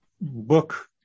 book